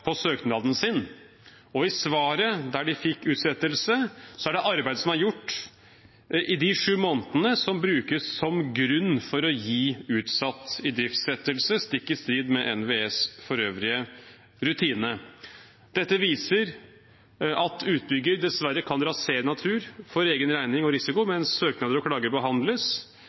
på søknaden sin. I svaret der de fikk utsettelse, er det arbeid som er gjort i de sju månedene, som brukes som grunn for å gi utsatt idriftsettelse, stikk i strid med NVEs øvrige rutine. Dette viser at utbygger dessverre kan rasere natur for egen regning og risiko mens søknader og klager behandles.